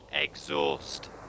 exhaust